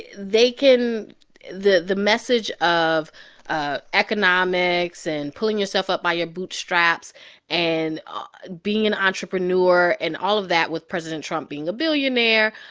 they can the the message of ah economics and pulling yourself up by your bootstraps and being an entrepreneur and all of that with president trump being a billionaire,